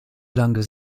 langues